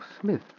Smith